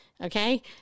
Okay